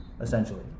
essentially